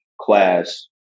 class